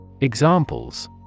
Examples